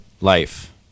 life